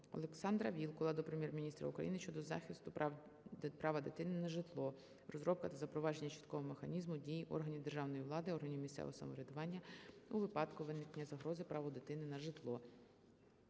Олександра Вілкула до Прем'єр-міністра України щодо захисту права дитини на житло: розробка та запровадження чіткого механізму дій органів державної влади, органів місцевого самоврядування у випадку виникнення загрози праву дитини на житло.